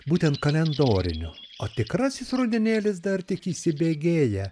būtent kalendorinio o tikrasis rudenėlis dar tik įsibėgėja